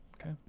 Okay